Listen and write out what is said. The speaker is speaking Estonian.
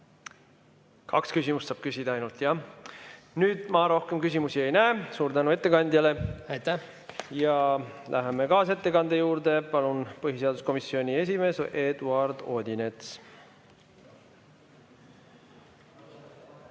Kaks küsimust saab küsida ainult, jah. Ma rohkem küsimusi ei näe. Suur tänu ettekandjale. Aitäh! Aitäh! Läheme kaasettekande juurde. Palun, põhiseaduskomisjoni esimees Eduard Odinets!